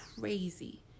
crazy